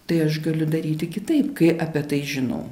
tai aš galiu daryti kitaip kai apie tai žinau